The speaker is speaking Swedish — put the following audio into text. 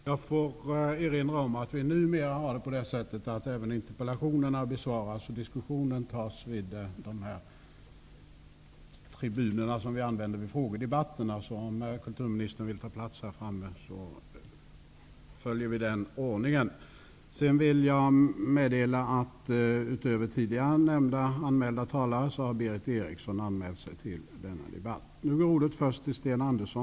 Jag får erinra om att även interpellationer numera besvaras och interpellationsdebatter förs från de tribuner som vi använder vid frågedebatter. Om kulturministern vill ta plats här framme, så följer vi den ordningen.